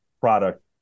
product